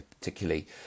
particularly